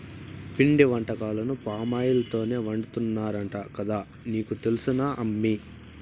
పిండి వంటకాలను పామాయిల్ తోనే వండుతున్నారంట కదా నీకు తెలుసునా అమ్మీ